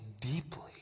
deeply